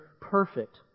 perfect